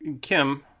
Kim